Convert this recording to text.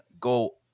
go